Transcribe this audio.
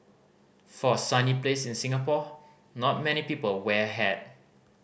for a sunny place like Singapore not many people wear a hat